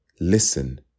Listen